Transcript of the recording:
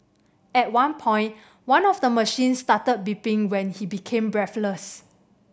at one point one of the machines started beeping when he became breathless